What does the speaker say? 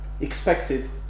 expected